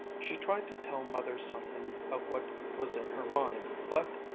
she tried to tell mother something of what was in her mind, but,